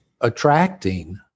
attracting